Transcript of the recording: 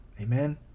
Amen